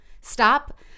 Stop